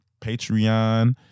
Patreon